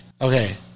okay